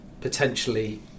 potentially